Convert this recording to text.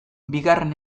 bigarren